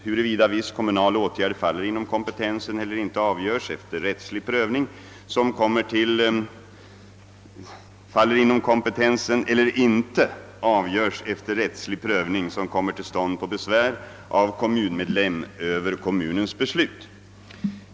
Huruvida viss kommunal åtgärd faller inom kompetensen eller inte avgörs efter rättslig prövning som kommer till stånd på besvär av kommunmedlem över kommunens beslut.